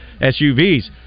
SUVs